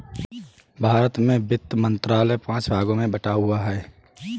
भारत का वित्त मंत्रालय पांच भागों में बटा हुआ है